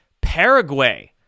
Paraguay